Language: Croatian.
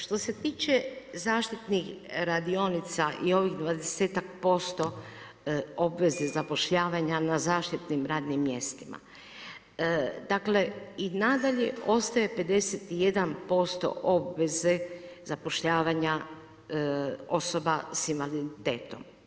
Što se tiče zaštitnih radionica i ovih 20-ak% obveze zapošljavanja na zaštitnim radnim mjestima, dakle i nadalje ostaje 51% obveze zapošljavanja osoba sa invaliditetom.